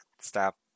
stop